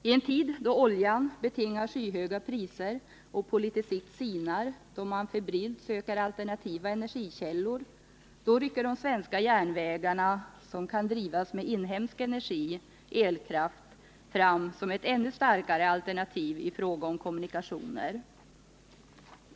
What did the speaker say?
I en tid då olja betingar skyhöga priser och på litet sikt sinar, då man febrilt söker alternativa energikällor, då rycker de svenska järnvägarna, som kan drivas med inhemsk energi — elkraft — fram som ett ännu starkare alternativ i fråga om kommunikationer.